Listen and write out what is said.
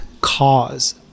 cause